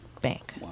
bank